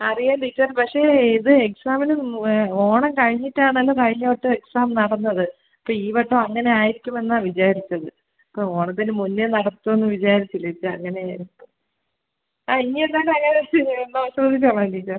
അറിയാം ടീച്ചർ പക്ഷേ ഇത് എക്സാമിന് മു ഓണം കഴിഞ്ഞിട്ടാണല്ലോ കഴിഞ്ഞ വട്ടം എക്സാം നടന്നത് അപ്പം ഈ വട്ടം അങ്ങനെ ആയിരിക്കുമെന്നാണ് വിചാരിച്ചത് ഇപ്പം ഓണത്തിന് മുന്നെ നടത്തുവെന്ന് വിചാരിച്ചില്ല ടീച്ചർ അങ്ങനെയാരിപ്പോൾ ആ ഇനി എന്തായാലും അതിനെ ക മ്പ സൂഷിച്ചോളാം ടീച്ചർ